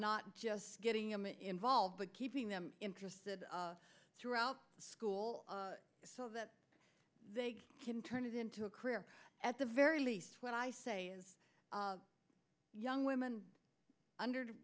not just getting him involved but keeping them interested throughout school so that they can turn it into a career at the very least when i say young women under